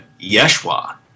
Yeshua